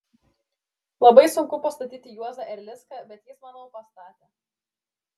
labai sunku pastatyti juozą erlicką bet jis manau pastatė